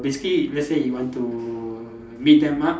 basically let's say you want to meet them up